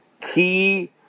key